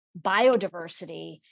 biodiversity